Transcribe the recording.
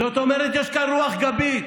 זאת אומרת, יש כאן רוח גבית.